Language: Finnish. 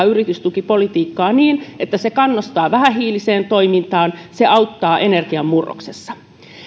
yritystukipolitiikkaa niin että se kannustaa vähähiiliseen toimintaan se auttaa energianmurroksessa